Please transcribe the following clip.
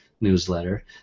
Newsletter